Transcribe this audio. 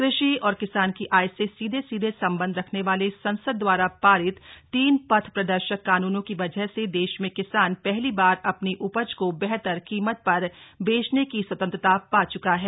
कृषि और किसान की आय से सीधे सीधे संबंध रखने वाले संसद दवारा पारित तीन पथ प्रदर्शक कानूनों की वजह से देश में किसान पहली बार अपनी उपज को बेहतर कीमत पर बेचने की स्वतंत्रता पा च्का है